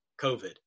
COVID